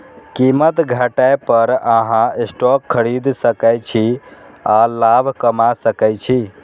कीमत घटै पर अहां स्टॉक खरीद सकै छी आ लाभ कमा सकै छी